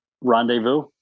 rendezvous